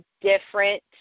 different